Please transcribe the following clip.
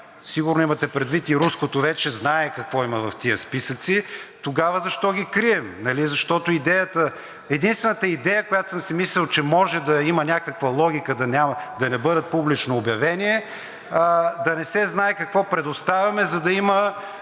сигурно имате предвид и руското вече знае какво има в тези списъци?! Тогава защо ги крием? Единствената идея, която съм си мислел, че може да има някаква логика да не бъдат публично обявени, е да не се знае какво предоставяме, за да има